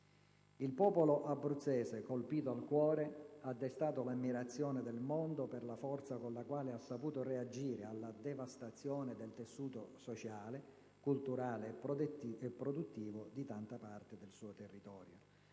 Il popolo abruzzese, colpito al cuore, ha destato l'ammirazione del mondo per la forza con la quale ha saputo reagire alla devastazione del tessuto sociale, culturale e produttivo di tanta parte del suo territorio.